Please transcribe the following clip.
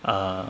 err